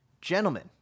Gentlemen